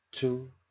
two